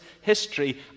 history